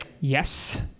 Yes